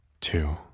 Two